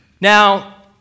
Now